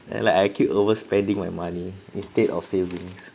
and like I keep over spending my money instead of savings